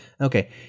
Okay